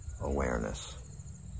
awareness